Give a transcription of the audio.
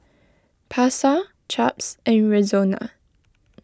Pasar Chaps and Rexona